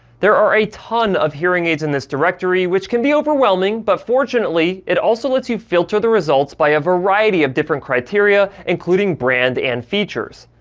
there are a ton of hearing aids in this directory, which can be overwhelming, but fortunately it also lets you filter the results by a variety of different criteria including brand and features.